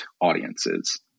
audiences